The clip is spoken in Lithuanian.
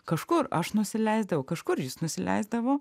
kažkur aš nusileisdavau kažkur jis nusileisdavo